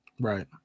Right